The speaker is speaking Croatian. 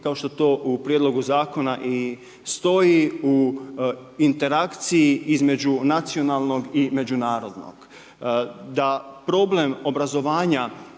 kao što to u prijedlogu zakona i stoji u interakciji između nacionalnog i međunarodnog. Da problem obrazovanja